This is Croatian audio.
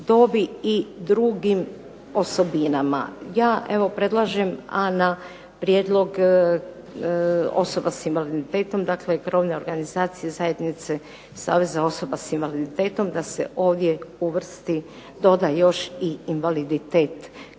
dobi i drugim osobinama. Ja evo predlažem, a na prijedlog osoba s invaliditetom dakle …/Ne razumije se./… organizacije, zajednice saveza osoba s invaliditetom da se ovdje uvrsti, doda još i invaliditet